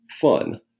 fun